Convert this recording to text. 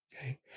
Okay